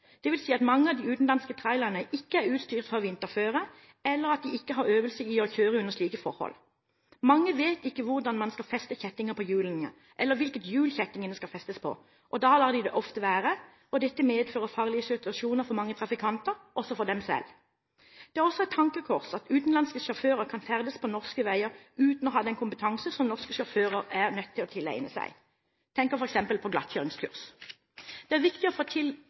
dvs. at mange av de utenlandske trailerne ikke er utstyrt for vinterføre, eller at de ikke har øvelse i å kjøre under slike forhold. Mange vet ikke hvordan man skal feste kjettinger på hjulene, eller hvilket hjul kjettingene skal festes på, og da lar de det ofte være. Dette medfører farlige situasjoner for andre trafikanter, og også for dem selv. Det er også et tankekors at utenlandske sjåfører kan ferdes på norske veier uten å ha den kompetanse som norske sjåfører er nødt til å tilegne seg. Jeg tenker f.eks. på glattkjøringskurs. Det er viktig å få til